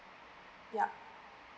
yeah